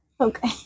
Okay